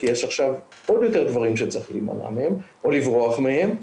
כי יש עכשיו עוד יותר דברים שצריך להימנע מהם או לברוח מהם,